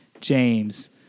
James